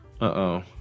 Uh-oh